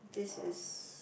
this is